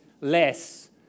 less